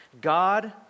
God